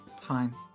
fine